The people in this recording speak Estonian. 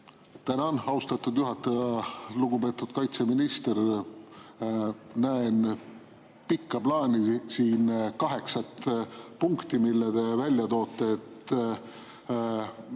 Tänan, austatud juhataja! Lugupeetud kaitseminister! Näen siin pikka plaani, kaheksat punkti, mille te välja toote,